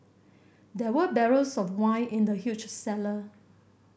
there were barrels of wine in the huge cellar